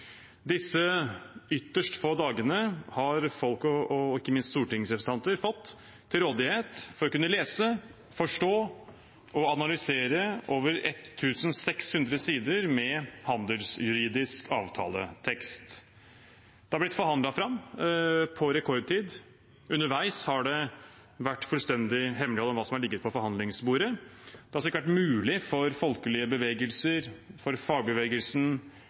Disse ytterst få dagene har folk og ikke minst stortingsrepresentanter fått til rådighet for å kunne lese, forstå og analysere over 1 600 sider med handelsjuridisk avtaletekst. Den har blitt forhandlet fram på rekordtid. Underveis har det vært fullstendig hemmelighold om hva som har ligget på forhandlingsbordet. Det har altså ikke vært mulig for folkelige bevegelser, for fagbevegelsen,